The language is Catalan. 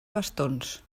bastons